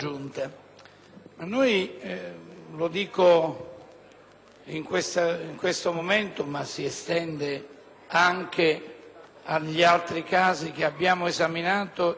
Noi partiamo da un principio,